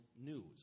news